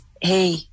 hey